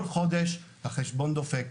כל חודש החשבון דופק.